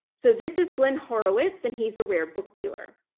so this is glenn horowitz and he's a rare book dealer.